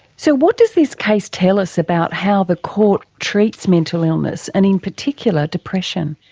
so what does this case tell us about how the court treats mental illness and in particular depression?